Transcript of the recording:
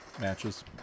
Matches